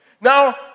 Now